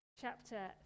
chapter